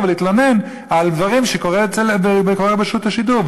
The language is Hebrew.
ולהתלונן על דברים שקורים ברשות השידור.